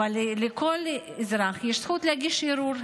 אבל לכל אזרח יש זכות להגיש ערעור.